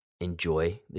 enjoy